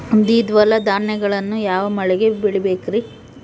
ದ್ವಿದಳ ಧಾನ್ಯಗಳನ್ನು ಯಾವ ಮಳೆಗೆ ಬೆಳಿಬೇಕ್ರಿ?